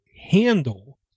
handle